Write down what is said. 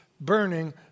burning